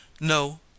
No